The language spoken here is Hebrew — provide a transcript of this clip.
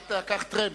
את לקחת טרמפ.